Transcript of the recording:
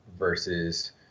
versus